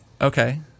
Okay